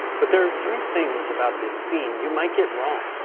but there are three things about this scene you might get wrong.